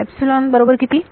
epsilon बरोबर किती